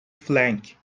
flank